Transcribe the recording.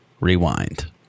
Rewind